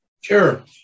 Sure